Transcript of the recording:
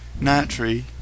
Naturally